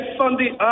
Sunday